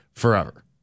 Forever